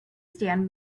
stand